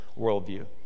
worldview